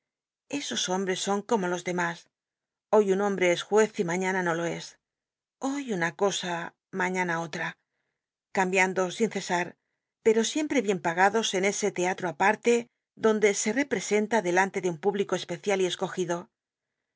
esos bomhtc son como los de mas hoy un hombre es juez r mañana no lo cli hoy una cosa mañana otra cambiando sin cesar pero siempre bien pagados en c c l auorllc sollicitors biblioteca nacional de españa david copperfield teatro aparte donde se eprcsenta delante de un público especial y escogido